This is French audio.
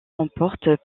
remporte